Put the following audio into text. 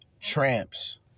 tramps